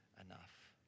enough